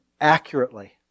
accurately